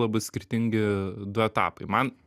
labai skirtingi du etapai man